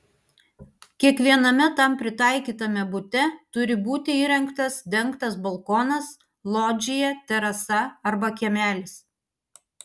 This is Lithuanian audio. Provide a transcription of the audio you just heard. kiekviename tam pritaikytame bute turi būti įrengtas dengtas balkonas lodžija terasa arba kiemelis